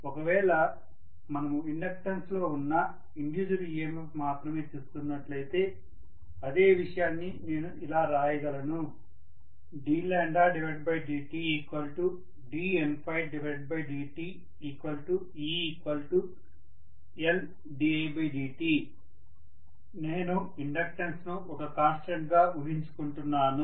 ఒకవేళ మనము ఇండక్టన్స్ లో ఉన్న ఇండ్యూస్డ్ EMF మాత్రమే చూస్తున్నట్లయితే అదే విషయాన్ని నేను ఇలా రాయగలను ddtddteLdidt నేను ఇండక్టన్స్ ను ఒక కాన్స్టంట్ గా ఊహించుకుంటున్నాను